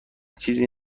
چیزی